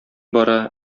бара